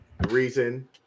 reason